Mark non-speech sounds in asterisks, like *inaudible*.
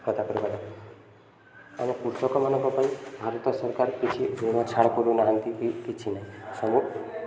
ଖାତା କରିବା *unintelligible* ଆମ କୃଷକମାନଙ୍କ ପାଇଁ ଭାରତ ସରକାର କିଛି ଋଣ ଛାଡ଼ କରୁନାହାନ୍ତି କି କିଛି ନାହିଁ ସବୁ